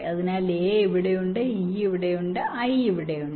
അതിനാൽ a ഇവിടെയുണ്ട് e ഇവിടെയുണ്ട് i ഇവിടെയുണ്ട്